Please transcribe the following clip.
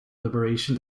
liberation